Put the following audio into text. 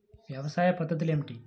వ్యవసాయ పద్ధతులు ఏమిటి?